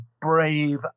brave